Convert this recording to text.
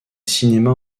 cinémas